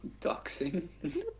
Doxing